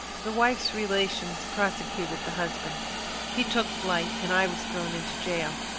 the wife's relations prosecuted the husband he took flight, and i was thrown into jail.